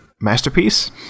masterpiece